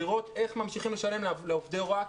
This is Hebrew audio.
לראות איך ממשיכים לשלם לעובדי ההוראה,